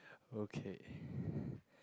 okay